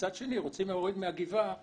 מצד שני רוצים להוריד מהגבעה